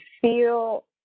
feel